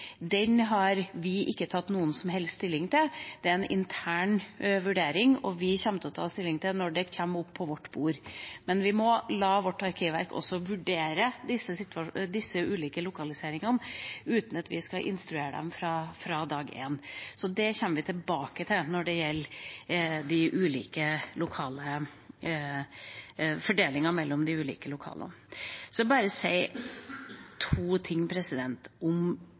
Den har vi ikke tatt noen som helst stilling til. Det er en intern vurdering, og vi kommer til å ta stilling når det kommer på vårt bord. Men vi må la vårt arkivverk vurdere disse ulike lokaliseringene uten at vi skal instruere dem fra dag én, så vi kommer vi tilbake til fordelingen mellom de ulike lokaliseringene. Så vil jeg bare si to ting om